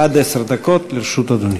עד עשר דקות לרשות אדוני.